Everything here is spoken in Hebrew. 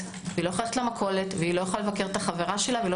ולא יכולה ללכת למכולת ולא יכולה ללכת לבקר את החברה שלה ולא